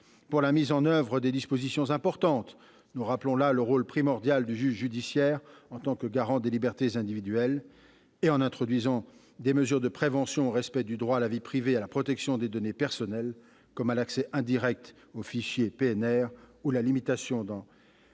pour la mise en oeuvre des dispositions importantes, nous rappelons le rôle primordial de garant des libertés individuelles du juge judiciaire. En introduisant des mesures de prévention au respect du droit à la vie privée et à la protection des données personnelles, comme l'accès indirect aux fichiers PNR- -ou la limitation des